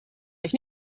euch